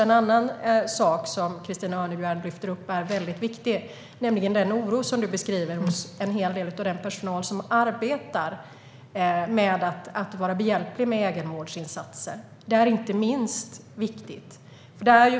En annan viktig sak som Christina Örnebjär lyfter upp är den oro som en hel del personal känner när de arbetar med att vara behjälpliga med egenvårdsinsatser. Det är inte minst viktigt.